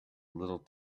little